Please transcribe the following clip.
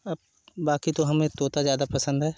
अब बाकी तो हमें तोता ज्यादा पसंद है